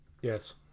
Yes